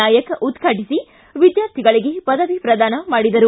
ನಾಯಕ್ ಉದ್ಘಾಟಿಸಿ ವಿದ್ಯಾರ್ಥಿಗಳಿಗೆ ಪದವಿ ಪ್ರದಾನ ಮಾಡಿದರು